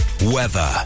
Weather